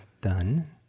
done